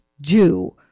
Jew